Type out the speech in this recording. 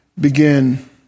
begin